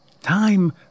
Time